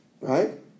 Right